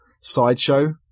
sideshow